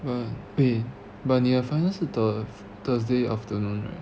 but wait but 你的 finals 是 thursday afternoon right